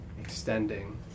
extending